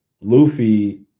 Luffy